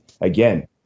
again